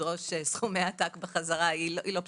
ולדרוש סכומי עתק בחזרה היא אינה פשוטה.